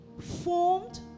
formed